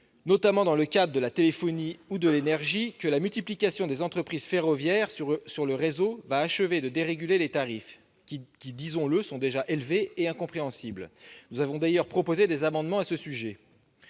notamment dans le cadre de la téléphonie ou de l'énergie, que la multiplication des entreprises ferroviaires sur le réseau n'achève de déréguler les tarifs, qui, disons-le, sont déjà élevés et incompréhensibles. Nous avons d'ailleurs proposé des amendements à ce sujet.